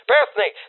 Bethany